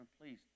please